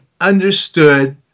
understood